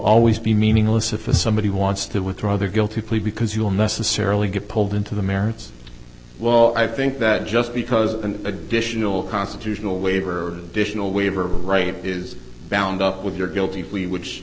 always be meaningless if somebody wants to withdraw the guilty plea because you will necessarily get pulled into the merits well i think that just because an additional constitutional waiver additional waiver of a right is bound up with your guilty plea which